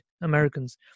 Americans